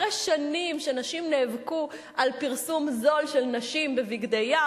אחרי שנים שנשים נאבקו נגד פרסום זול של נשים בבגדי-ים,